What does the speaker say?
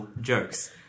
Jokes